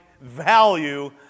value